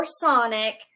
Sonic